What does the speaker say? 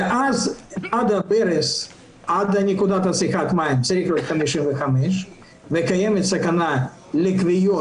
ואז עד נקודת צריכת המים צריכים להיות 55 מעלות וקיימת סכנה לכוויות.